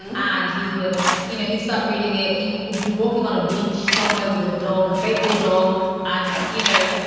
and and he would you know, he'd start reading it. he would be walking on a beach somewhere with a dog, a faithful dog. and, you know,